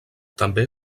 també